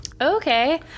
Okay